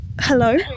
Hello